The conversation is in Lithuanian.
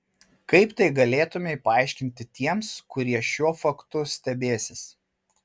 kaip tai galėtumei paaiškinti tiems kurie šiuo faktu stebėsis